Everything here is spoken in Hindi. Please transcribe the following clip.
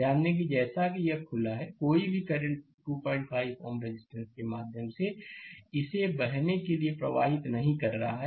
ध्यान दें कि जैसा कि यह खुला है कोई भी करंट 25 Ω रेजिस्टेंस के माध्यम से इसे बहने के लिए प्रवाहित नहीं कर रहा है